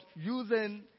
using